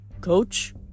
Coach